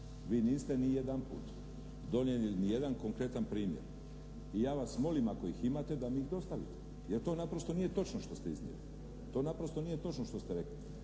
Vi niste nijedanput donijeli nijedan konkretan primjer i ja vas molim ako ih imate da mi ih dostavite jer to naprosto nije točno što ste iznijeli. To naprosto nije točno što ste rekli.